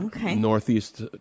Northeast